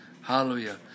hallelujah